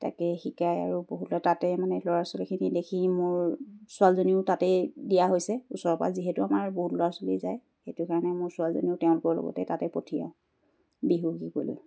তাকে শিকায় আৰু বহুত ল তাতে মানে ল'ৰা ছোৱালীখিনি দেখি মোৰ ছোৱালীজনীও তাতেই দিয়া হৈছে ওচৰৰ পৰা যিহেতু আমাৰ বহুত ল'ৰা ছোৱালী যায় সেইটো কাৰণে মোৰ ছোৱালীজনীও তেওঁলোকৰ লগতে তাতে পঠিয়াওঁ বিহু শিকিবলৈ